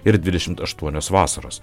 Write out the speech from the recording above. ir dvidešimt aštuonios vasaros